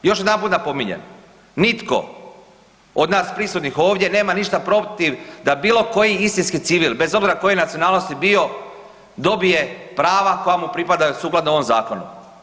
Još jedan puta napominjem nitko od nas prisutnih ovdje nema ništa protiv da bilo koji istinski civil bez obzira koje nacionalnosti bio dobije prava koja mu pripadaju sukladno ovom zakonu.